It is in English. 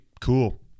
cool